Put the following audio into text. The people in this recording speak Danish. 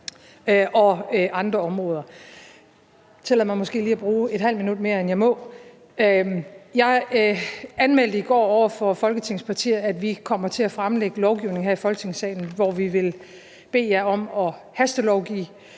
end jeg må. Jeg anmeldte i går over for Folketingets partier, at vi kommer til at fremsætte lovforslag her i Folketingssalen, hvor vi vil bede jer om at hastelovgive.